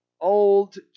old